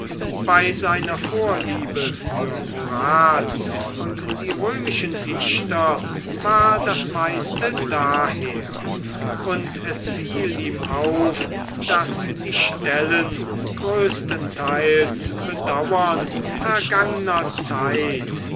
bei seiner vorliebe für horaz und die römischen dichter war das meiste daher und es fiel ihm auf daß die stellen größtenteils bedauern vergangner zeit